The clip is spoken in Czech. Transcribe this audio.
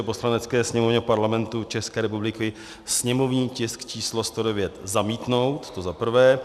Poslanecké sněmovně Parlamentu České republiky sněmovní tisk číslo 109 zamítnout, to za prvé.